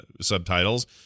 Subtitles